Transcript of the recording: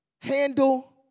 handle